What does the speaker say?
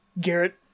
Garrett